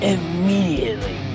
Immediately